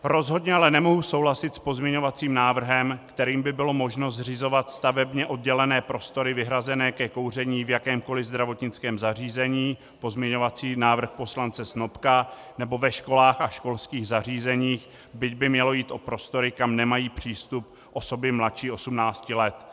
Rozhodně ale nemohu souhlasit s pozměňovacím návrhem, kterým by bylo možno zřizovat stavebně oddělené prostory vyhrazené ke kouření v jakémkoli zdravotnickém zařízení pozměňovací návrh poslance Snopka, nebo ve školách a školských zařízeních, byť by mělo jít o prostory, kam nemají přístup osoby mladší 18 let.